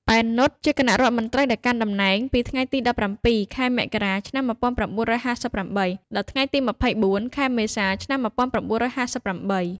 ប៉ែន នុតជាគណៈរដ្ឋមន្ត្រីដែលកាន់តំណែងពីថ្ងៃទី ១៧ ខែមករា ឆ្នាំ១៩៥៨ ដល់ថ្ងៃទី ២៤ ខែមេសា ឆ្នាំ១៩៥៨។